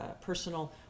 personal